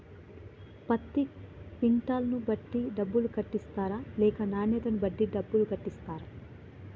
పత్తి క్వింటాల్ ను బట్టి డబ్బులు కట్టిస్తరా లేక నాణ్యతను బట్టి డబ్బులు కట్టిస్తారా?